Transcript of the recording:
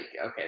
okay